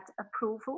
approval